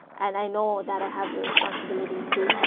and i know that i have a responsibility to